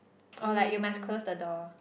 or like you must close the door